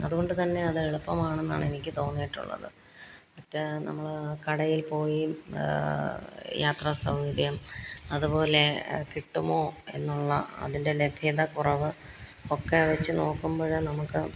അതു കൊണ്ട് തന്നെ അത് എളുപ്പമാണ് എന്നാണ് എനിക്ക് തോന്നിയിട്ടുള്ളത് മറ്റേ നമ്മൾ കടയിൽ പോയി യാത്രാസൗകര്യം അതുപോലെ കിട്ടുമോ എന്നുള്ള അതിൻ്റെ ലഭ്യതക്കുറവ് ഒക്കെ വെച്ചുനോക്കുമ്പോള് നമുക്ക്